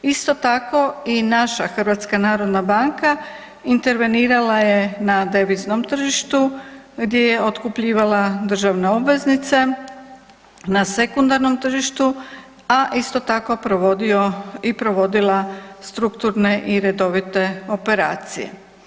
Isto tako i naša HNB intervenirala je na deviznom tržištu gdje je otkupljivala državne obveznice na sekundarnom tržištu, a isto tako i provodila strukturne i redovite operacije.